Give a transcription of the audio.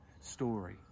story